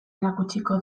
erakutsiko